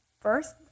First